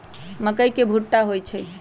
मकई के भुट्टा होई छई